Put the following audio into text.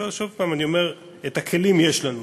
ושוב אני אומר: את הכלים יש לנו.